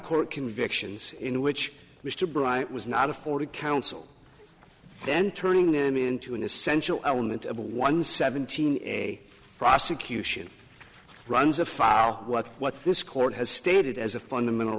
court convictions in which mr bryant was not afforded counsel then turning them into an essential element of a one seventeen a prosecution runs afoul of what what this court has stated as a fundamental